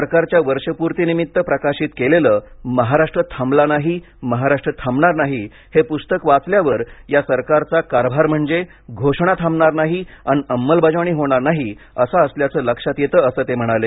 सरकारच्या वर्षपूर्तीनिमित्त प्रकाशित केलेलं महाराष्ट्र थांबला नाही महाराष्ट्र थांबणार नाही हे पुस्तक वाचल्यावर या सरकारचा कारभार म्हणजे घोषणा थांबणार नाही अन् अंमलबजावणी होणार नाही असा असल्याचं लक्षात येतं असं ते म्हणाले